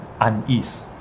unease